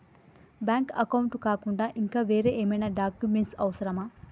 Bank account కాకుండా ఇంకా వేరే ఏమైనా డాక్యుమెంట్స్ అవసరమా?